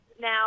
now